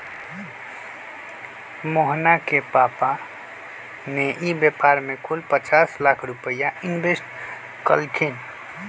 मोहना के पापा ने ई व्यापार में कुल पचास लाख रुपईया इन्वेस्ट कइल खिन